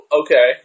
okay